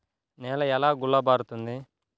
నేల ఎలా గుల్లబారుతుంది?